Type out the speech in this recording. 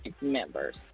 members